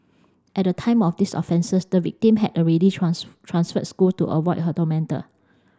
at the time of these offences the victim had already transferred school to avoid her tormentor